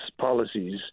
policies